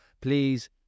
please